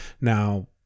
Now